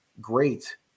great